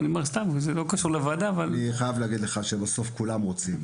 אני יודע שזה לא קשור לוועדה אבל --- בסוף כולם רוצים,